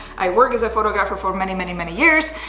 i work as a photographer for many, many many years.